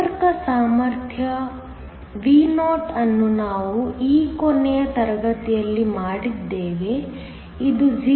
ಸಂಪರ್ಕ ಸಾಮರ್ಥ್ಯ Vo ಅನ್ನು ನಾವು ಈ ಕೊನೆಯ ತರಗತಿಯಲ್ಲಿ ಮಾಡಿದ್ದೇವೆ ಇದು 0